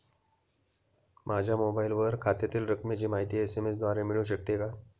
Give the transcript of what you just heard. माझ्या मोबाईलवर खात्यातील रकमेची माहिती एस.एम.एस द्वारे मिळू शकते का?